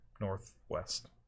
northwest